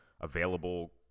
available